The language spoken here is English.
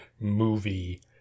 movie